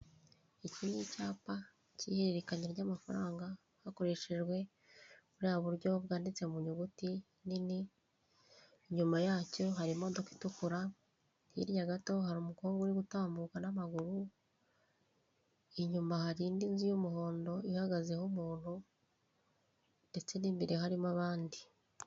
Iki ni icyapa cy'ihererekanya ry'amafaranga hakorehejwe buriya buryo bwanditse mu nyuguti nini, inyuma yacyo hari imodoka itukura, hirya gato hari umukobwa uri gutambuka n'amaguru, inyuma hari indi nzu y'umuhondo ihagazeho umuntu, ndetse n'imbere harimo abandi.